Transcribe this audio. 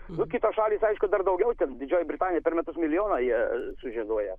nu kitos šalys aišku dar daugiau ten didžioji britanija per metus milijoną jie sužieduoja